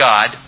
God